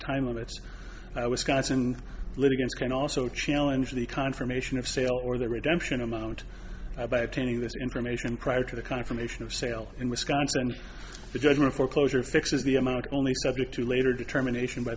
was scots and litigants can also challenge the confirmation of sale or the redemption amount i by attending this information prior to the confirmation of sale in wisconsin the judgment foreclosure fix is the amount only subject to later determination by